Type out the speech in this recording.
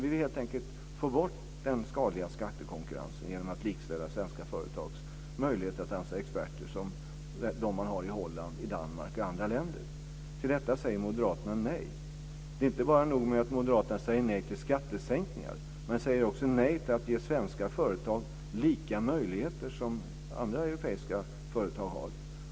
Vi vill helt enkelt få bort den skadliga skattekonkurrensen genom att likställa svenska företags möjligheter att anställa experter med möjligheterna för företag i Holland, Danmark och i andra länder att göra det. Till detta säger moderaterna nej. Det är inte bara nog med att moderaterna säger nej till skattesänkningar. De säger också nej till att ge svenska företag lika möjligheter som andra europeiska företag har.